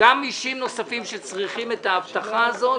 -- אישים נוספים שצריכים את האבטחה הזאת.